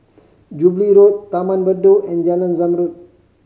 Jubilee Road Taman Bedok and Jalan Zamrud